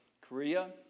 Korea